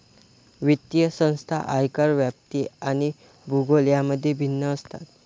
वित्तीय संस्था आकार, व्याप्ती आणि भूगोल यांमध्ये भिन्न असतात